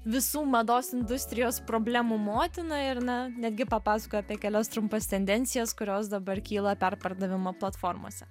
visų mados industrijos problemų motina ir na netgi papasakojau apie kelias trumpas tendencijas kurios dabar kyla perpardavimo platformose